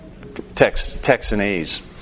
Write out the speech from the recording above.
Texanese